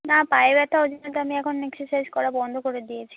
না পায়ে ব্যথা ওই জন্য তো আমি এখন এক্সারসাইজ করা বন্ধ করে দিয়েছি